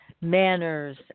manners